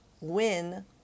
win